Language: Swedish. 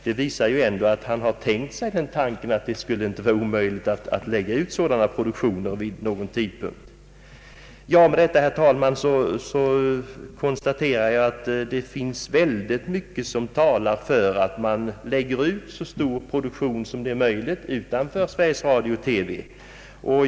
Detta visar ändå att han tänkt sig att det inte skulle vara omöjligt att lägga ut sådana produktioner vid någon tidpunkt. Med detta, herr talman, konstaterar jag att det finns oerhört mycket som talar för att man lägger ut så stor produktion som möjligt utanför Sveriges Radio.